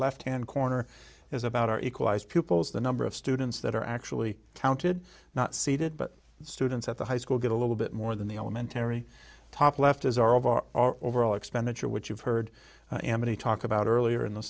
left hand corner is about are equalized pupils the number of students that are actually counted not seated but students at the high school get a little bit more than the elementary top left as our of our overall expenditure which you've heard me talk about earlier in the